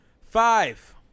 five